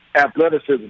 athleticism